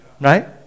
right